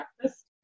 breakfast